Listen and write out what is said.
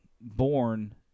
born